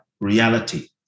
reality